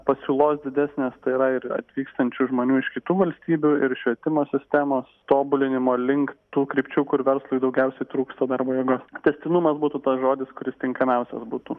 pasiūlos didesnės tai yra ir atvykstančių žmonių iš kitų valstybių ir švietimo sistemos tobulinimo link tų krypčių kur verslui daugiausiai trūksta darbo jėgos tęstinumas būtų tas žodis kuris tinkamiausias būtų